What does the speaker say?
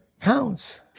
counts